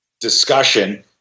discussion